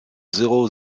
zéro